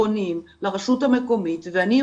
אנחנו מנסים לראות איך אנחנו -- לא